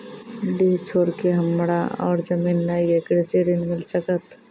डीह छोर के हमरा और जमीन ने ये कृषि ऋण मिल सकत?